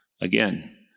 again